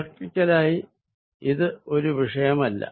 ഇലക്ട്രിക്കലായി ഇത് ഒരു വിഷയമല്ല